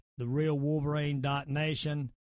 therealwolverine.nation